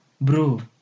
bro